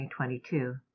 2022